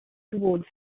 towards